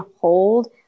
hold